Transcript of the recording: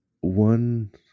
One